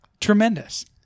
Tremendous